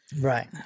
Right